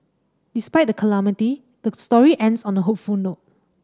despite the calamity the story ends on a hopeful note